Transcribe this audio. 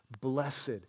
Blessed